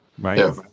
right